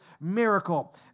miracle